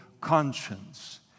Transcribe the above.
conscience